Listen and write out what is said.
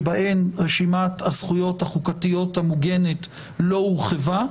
שבהן רשימת הזכויות החוקתיות המוגנת לא הורחבה,